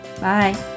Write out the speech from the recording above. Bye